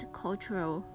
cultural